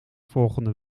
volgende